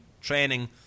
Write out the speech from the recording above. training